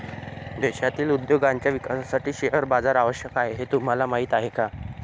देशातील उद्योगांच्या विकासासाठी शेअर बाजार आवश्यक आहे हे तुम्हाला माहीत आहे का?